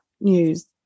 news